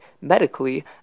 Medically